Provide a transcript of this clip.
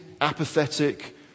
apathetic